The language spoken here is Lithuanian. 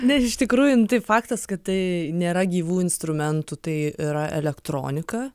nes iš tikrųjų nu tai faktas kad tai nėra gyvų instrumentų tai yra elektronika